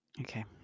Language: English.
Okay